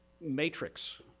matrix